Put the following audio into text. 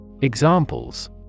Examples